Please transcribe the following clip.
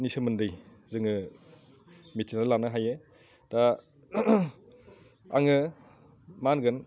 सोमोन्दै जोङो मिथिनानै लानो हायो दा आङो माहोनगोन